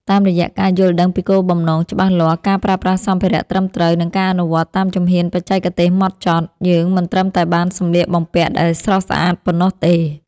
តាមរយៈការយល់ដឹងពីគោលបំណងច្បាស់លាស់ ការប្រើប្រាស់សម្ភារៈត្រឹមត្រូវ និងការអនុវត្តតាមជំហានបច្ចេកទេសហ្មត់ចត់ យើងមិនត្រឹមតែបានសម្លៀកបំពាក់ដែលស្រស់ស្អាតប៉ុណ្ណោះទេ។